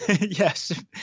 Yes